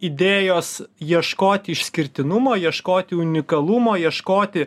idėjos ieškoti išskirtinumo ieškoti unikalumo ieškoti